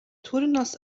turnas